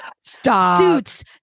suits